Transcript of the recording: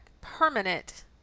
permanent